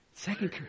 Second